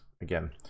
again